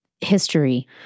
history